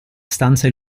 stanza